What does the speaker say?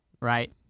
right